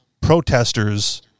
protesters